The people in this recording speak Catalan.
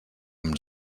amb